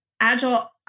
Agile